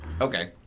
Okay